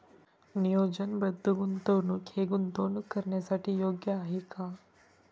नियोजनबद्ध गुंतवणूक हे गुंतवणूक करण्यासाठी योग्य आहे का?